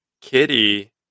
Kitty